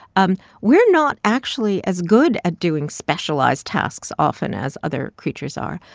um we're not actually as good at doing specialized tasks often as other creatures are.